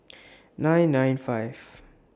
nine nine five